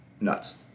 nuts